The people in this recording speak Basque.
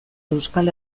euskal